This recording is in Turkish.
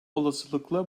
olasılıkla